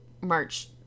March